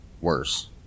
worse